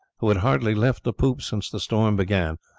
who had hardly left the poop since the storm began,